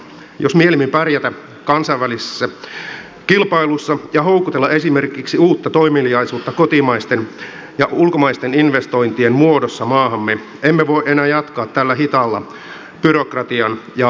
jos mielimme pärjätä kansainvälisessä kilpailussa ja houkutella esimerkiksi uutta toimeliaisuutta kotimaisten ja ulkomaisten investointien muodossa maahamme emme voi enää jatkaa tällä hitaalla byrokratian ja pykälien tiellä